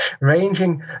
ranging